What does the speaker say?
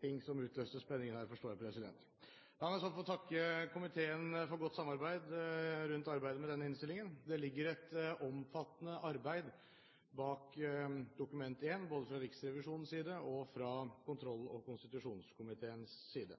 ting som utløste spenningen her, forstår jeg. La meg få takke komiteen for godt samarbeid rundt arbeidet med denne innstillingen. Det ligger et omfattende arbeid bak Dokument 1, både fra Riksrevisjonen side og fra kontroll- og konstitusjonskomiteens side.